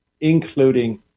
including